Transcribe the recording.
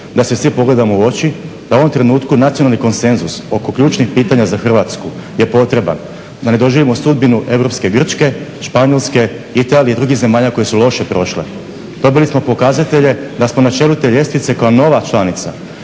da se svi pogledamo u oči, da u ovom trenutku nacionalni konsenzus oko ključnih pitanja za Hrvatsku je potreban, da ne doživimo sudbinu europske Grčke, Španjolske, Italije i drugih zemalja koje su loše prošle. Dobili smo pokazatelje da smo na čelu te ljestvice kao nova članica.